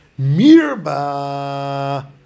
Mirba